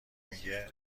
میگه